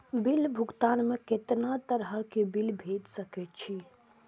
Bill भुगतान में कितना तरह के बिल भेज सके छी?